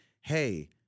hey